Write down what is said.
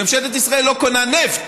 ממשלת ישראל לא קונה נפט,